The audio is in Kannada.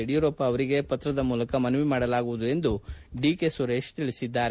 ಯಡಿಯೂರಪ್ಪ ಅವರಿಗೆ ಪತ್ರದ ಮೂಲಕ ಮನವಿ ಮಾಡಲಾಗುವುದು ಎಂದು ಅವರು ಹೇಳಿದ್ದಾರೆ